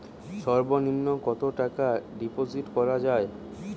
সর্ব নিম্ন কতটাকা ডিপোজিট করা য়ায়?